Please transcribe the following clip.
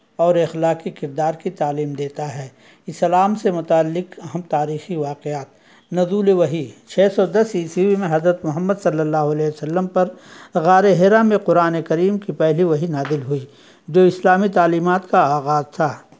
اور اخلاقی کردار کی تعلیم دیتا ہے اسلام سے متعلق اہم تاریخی واقعات نزول وحی چھ سو دس عیسوی میں حضرت محمد صلی اللہ علیہ وسلم پر غار حرا میں قرآن کریم کی پہلی وہی نازل ہوئی جو اسلامی تعلیمات کا آغاز تھا